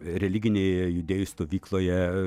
religinėje judėjų stovykloje